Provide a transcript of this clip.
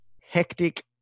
hectic